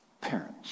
parents